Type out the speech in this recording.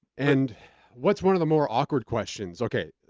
and what's one of the more awkward questions? okay,